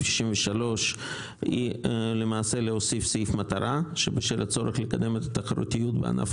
63 היא להוסיף סעיף מטרה שבשל הצורך לקדם את התחרותיות בענף